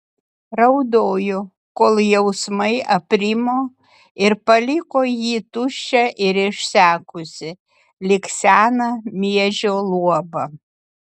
raudojo kol jausmai aprimo ir paliko jį tuščią ir išsekusį lyg seną miežio luobą